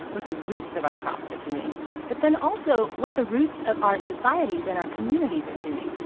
what the roots of our crops are doing but then also what the roots of our societies and our communities are doing.